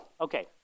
Okay